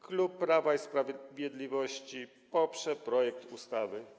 Klub Prawa i Sprawiedliwości poprze projekt ustawy.